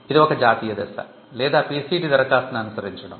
ఇది ఒక జాతీయ దశ లేదా PCT దరఖాస్తును అనుసరించడం